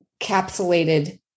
capsulated